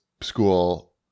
school